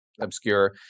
obscure